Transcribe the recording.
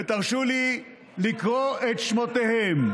ותרשו לי לקרוא את שמותיהם: